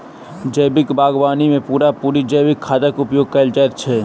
जैविक बागवानी मे पूरा पूरी जैविक खादक उपयोग कएल जाइत छै